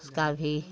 उसका भी